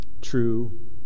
true